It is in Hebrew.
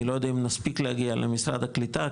אני לא יודע אם נספיק להגיע למשרד הקליטה,